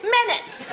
minutes